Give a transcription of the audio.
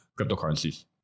cryptocurrencies